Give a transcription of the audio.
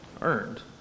earned